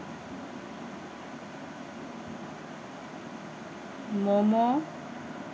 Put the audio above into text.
momo